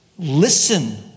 Listen